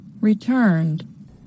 returned